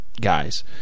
guys